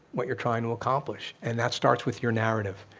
what you're trying to accomplish, and that starts with your narrative.